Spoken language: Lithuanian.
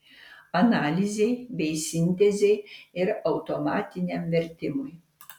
analizei bei sintezei ir automatiniam vertimui